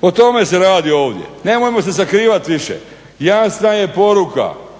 o tome se radi ovdje. Nemojmo se sakrivati više. Jasna je poruka